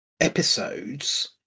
episodes